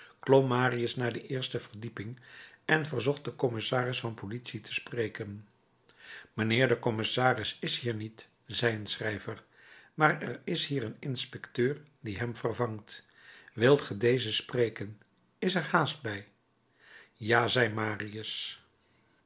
klom marius naar de eerste verdieping en verzocht den commissaris van politie te spreken mijnheer de commissaris is hier niet zei een schrijver maar er is hier een inspecteur die hem vervangt wilt ge dezen spreken is er haast bij ja zei marius